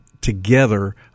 together